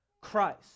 Christ